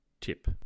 tip